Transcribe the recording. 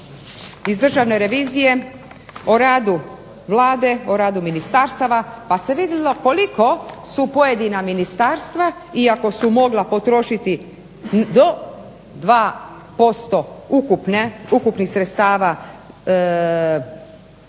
iz državne revizije o radu Vlade, o radu ministarstava, pa se vidjelo koliko su pojedina ministarstva iako su mogla potrošiti do 2% ukupnih sredstava određenih za